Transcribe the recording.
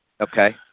Okay